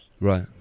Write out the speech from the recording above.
Right